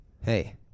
Hey